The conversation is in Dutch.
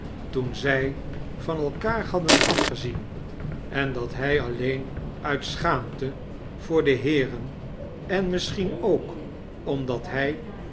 toen zij van elkaar hadden afgezien en dat hij alleen uit schaamte voor de heeren en misschien ook omdat hij